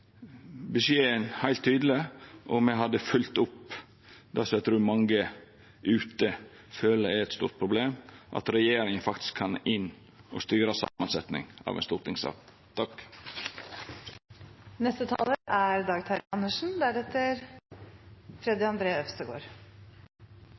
beskjeden heilt tydeleg, og me hadde følgt opp det som eg trur mange ute føler er eit stort problem – at regjeringa faktisk kan gå inn og styra samansetjinga av